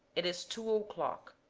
it is two o'clock